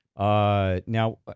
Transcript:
Now